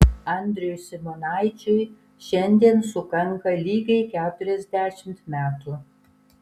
andriui simonaičiui šiandien sukanka lygiai keturiasdešimt metų